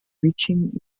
reaching